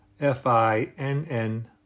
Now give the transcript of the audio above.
F-I-N-N